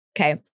okay